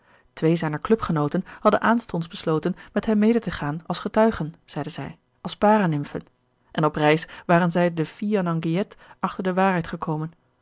twee zijner clubgenooten hadden aanstonds besloten met hem mede te caan als getuigen zeiden zij als paranimfen en gerard keller het testament van mevrouw de tonnette op reis waren zij de fil en aiguilte achter de waarheid gekomen